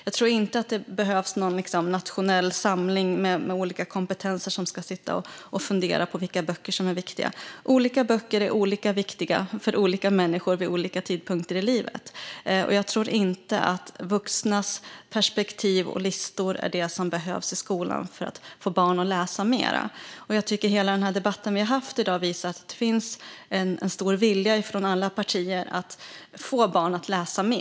Jag tror inte att det behövs någon nationell samling med olika kompetenser som ska sitta och fundera på vilka böcker som är viktiga. Olika böcker är olika viktiga för olika människor vid olika tidpunkter i livet. Jag tror inte att vuxnas perspektiv och listor är det som behövs i skolan för att få barn att läsa mer. Jag tycker att hela den debatt vi har haft i dag visar att det finns en stor vilja från alla partier att få barn att läsa mer.